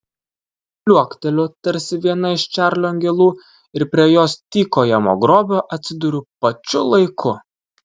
liuokteliu tarsi viena iš čarlio angelų ir prie jos tykojamo grobio atsiduriu pačiu laiku